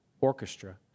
Orchestra